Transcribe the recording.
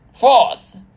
Fourth